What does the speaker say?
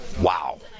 Wow